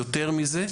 יותר מזה,